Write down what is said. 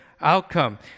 outcome